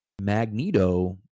Magneto